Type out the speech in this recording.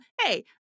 hey